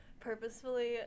purposefully